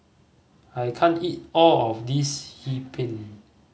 I can't eat all of this Hee Pan